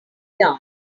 down